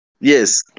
Yes